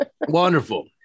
Wonderful